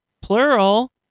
plural